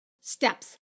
Steps